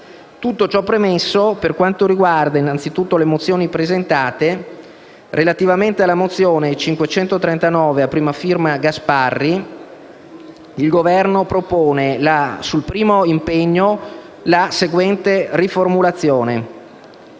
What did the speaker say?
Tutto ciò premesso, per quanto riguarda innanzitutto le mozioni presentate, relativamente alla mozione n. 539 a prima firma del senatore Gasparri, il Governo propone, sul primo impegno, la seguente riformulazione: